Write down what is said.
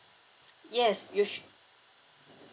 yes you shou~